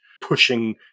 pushing